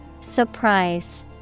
Surprise